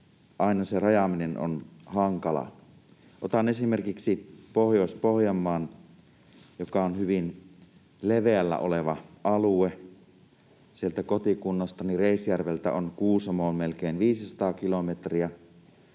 se rajaaminen on hankalaa. Otan esimerkiksi Pohjois-Pohjanmaan, joka on hyvin leveällä oleva alue. Sieltä kotikunnastani Reisjärveltä on Kuusamoon melkein 500 kilometriä,